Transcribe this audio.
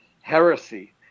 heresy